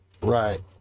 Right